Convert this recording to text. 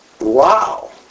Wow